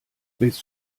willst